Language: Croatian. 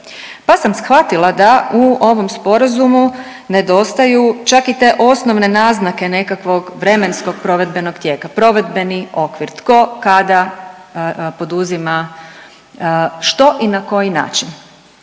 pa sam shvatila da u ovom sporazumu nedostaju čak i te osnovne naznake nekakvog vremenskog provedbenog tijeka. Provedbeni okvir, tko, kada poduzima što i na koji način?